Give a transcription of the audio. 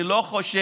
אני לא חושב